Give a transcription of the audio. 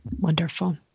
Wonderful